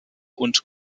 und